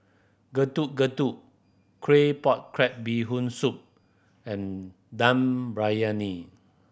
Getuk Getuk crab Bee Hoon Soup and Dum Briyani